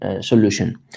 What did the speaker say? solution